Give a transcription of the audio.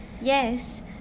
Yes